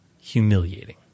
humiliating